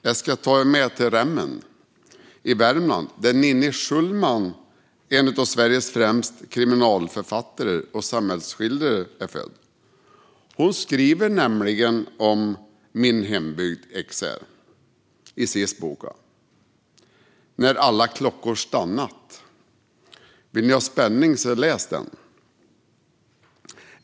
Jag ska ta er med till Rämmen i Värmland där Ninni Schulman, en av Sveriges främsta kriminalförfattare och samhällsskildrare, är född. Hon skriver nämligen om min hembygd Ekshärad i boken När alla klockor stannat . Vill ni ha spänning så läs den.